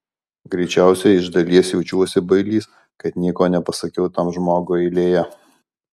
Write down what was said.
greičiausiai iš dalies jaučiuosi bailys kad nieko nepasakiau tam žmogui eilėje